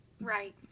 Right